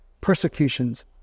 persecutions